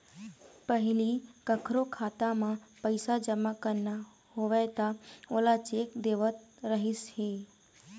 पहिली कखरो खाता म पइसा जमा करना होवय त ओला चेक देवत रहिस हे